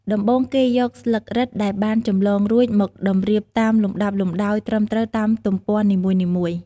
ដំបូង គេយកស្លឹករឹតដែលបានចម្លងរួចមកតម្រៀបតាមលំដាប់លំដោយត្រឹមត្រូវតាមទំព័រនីមួយៗ។